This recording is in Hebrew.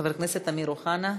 חבר הכנסת אמיר אוחנה,